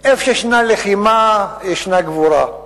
איפה שישנה לחימה ישנה גבורה,